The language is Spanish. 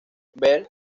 berg